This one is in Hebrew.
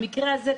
במקרה הזה,